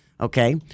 Okay